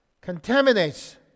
contaminates